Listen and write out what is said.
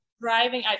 Driving